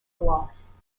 gloss